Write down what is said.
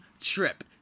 trip